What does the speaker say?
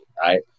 right